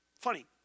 funny